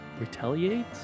retaliate